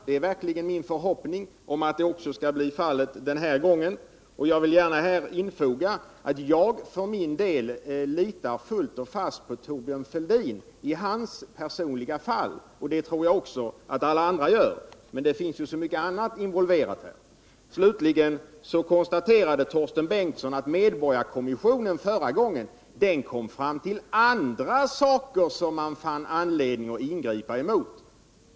Det är verkligen min förhoppning att det också skall bli fallet den här gången. Jag vill gärna här tillfoga att jag för min del litar fullt och fast på Thorbjörn Fälldin i hans personliga fall, och det tror jag att också alla andra gör, men det finns ju så mycket annat involverat här. Torsten Bengtson konstaterade också att den medborgarkommission vi en gång hade kom fram till andra saker som man fann anledning att ingripa emot.